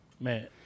Man